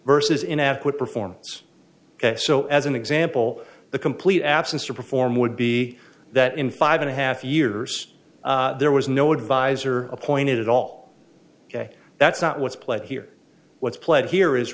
versus inadequate performance so as an example the complete absence of reform would be that in five and a half years there was no advisor appointed at all ok that's not what's played here what's played here is